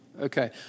Okay